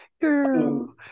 girl